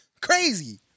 Crazy